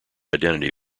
identity